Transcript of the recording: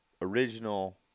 original